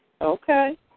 Okay